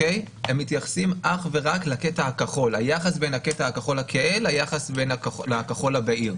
הם מתייחסים אך ורק לקטע הכחול היחס בין הכחול הכהה לכחול הבהיר.